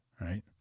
right